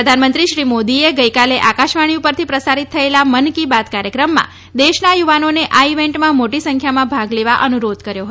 પ્રધાનમંત્રી શ્રી મોદીએ ગઇકાલે આકાશવાણી ઉપરથી પ્રસારિત થયેલા મન કી બાત કાર્યક્રમ દેશના યુવાનોને આ ઇવેન્ટમાં મોટી સંખ્યામાં ભાગ લેવા અનુરોધ કર્યો હતો